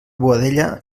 boadella